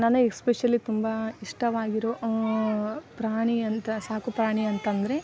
ನಾನು ಎಸ್ಪೆಶಲಿ ತುಂಬ ಇಷ್ಟವಾಗಿರೋ ಪ್ರಾಣಿ ಅಂತ ಸಾಕು ಪ್ರಾಣಿ ಅಂತಂದರೆ